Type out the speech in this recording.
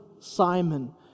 Simon